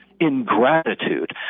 ingratitude